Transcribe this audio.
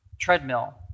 treadmill